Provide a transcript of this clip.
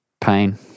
Pain